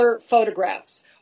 photographs